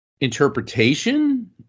interpretation